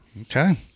Okay